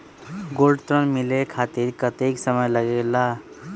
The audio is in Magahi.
गोल्ड ऋण मिले खातीर कतेइक समय लगेला?